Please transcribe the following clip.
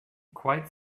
quite